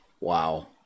Wow